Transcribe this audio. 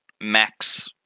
max